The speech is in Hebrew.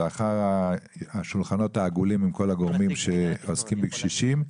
לאחר השולחנות העגולים עם כל הגורמים שעוסקים בקשישים.